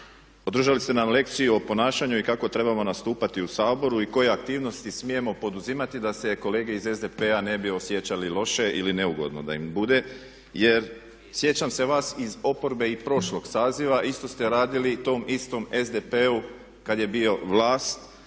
Održali ste nam lekciju o ponašanju i kako trebamo nastupati u Saboru i koje aktivnosti smijemo poduzimati da se kolege iz SDP-a ne bi osjećali loše ili neugodno da im bude. Jer sjećam se vas iz oporbe i prošlog saziva isto ste radili tom istom SDP-u kad je bio vlast